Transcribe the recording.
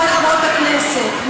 חברי וחברותי חברות הכנסת,